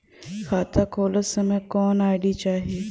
खाता खोलत समय कौन आई.डी चाही?